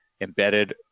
embedded